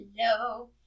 Hello